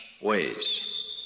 ways